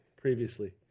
previously